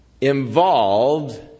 involved